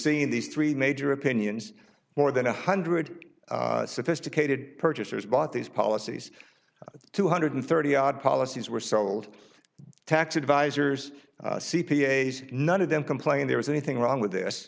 seeing these three major opinions more than one hundred sophisticated purchasers bought these policies two hundred thirty odd policies were sold tax advisors c p a s none of them complained there was anything wrong with this